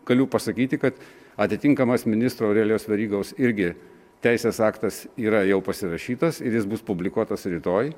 galiu pasakyti kad atitinkamas ministro aurelijaus verygos irgi teisės aktas yra jau pasirašytas ir jis bus publikuotas rytoj